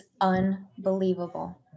unbelievable